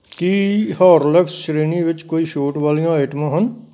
ਕੀ Horlicks ਸ਼੍ਰੇਣੀ ਵਿੱਚ ਕੋਈ ਛੋਟ ਵਾਲੀਆਂ ਆਈਟਮਾਂ ਹਨ